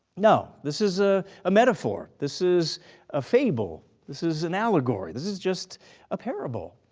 no, this is a metaphor. this is a fable. this is an allegory. this is just a parable.